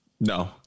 No